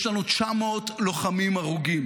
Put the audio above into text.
יש לנו 900 לוחמים הרוגים.